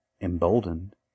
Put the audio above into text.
Emboldened